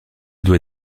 doit